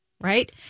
right